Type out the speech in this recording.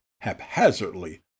haphazardly